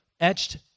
etched